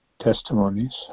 testimonies